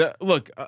look